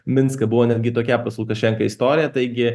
minską buvo netgi tokia pas lukašenką istorija taigi